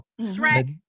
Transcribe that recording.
Shrek